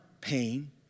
pain